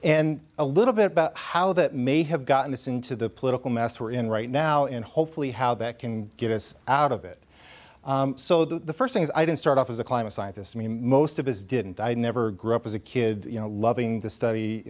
and a little bit about how that may have gotten this into the political mess we're in right now and hopefully how that can get us out of it so that the first things i didn't start off as a climate scientists mean most of us didn't i never grew up as a kid you know loving to study